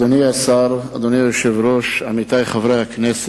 אדוני היושב-ראש, אדוני השר, עמיתי חברי הכנסת,